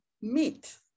meat